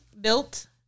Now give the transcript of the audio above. built